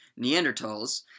Neanderthals